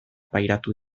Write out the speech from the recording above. pairatu